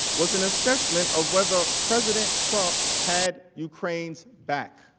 was an assessment of whether president trump had ukraine's back.